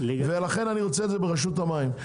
לכן אני רוצה את זה ברשות המים.